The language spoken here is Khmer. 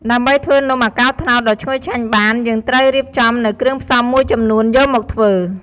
ដើម្បីធ្វើនំអាកោរត្នោតដ៏ឈ្ងុយឆ្ងាញ់បាន យើងត្រូវរៀបចំនូវគ្រឿងផ្សំមួយចំនួនយកមកធ្វើ។